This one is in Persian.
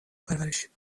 پرورش